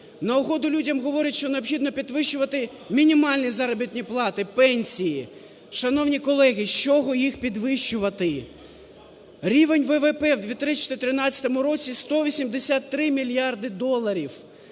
на угоду людям говорять, що необхідно підвищувати мінімальні заробітні плати, пенсії. Шановні колеги, з чого їх підвищувати? Рівень ВВП в 2013 році – 183 мільярди доларів.